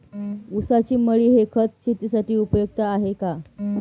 ऊसाची मळी हे खत शेतीसाठी उपयुक्त आहे का?